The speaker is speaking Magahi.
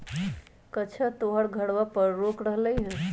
कअच्छा तोहर घरवा पर रेक रखल हई?